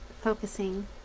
focusing